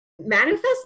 manifest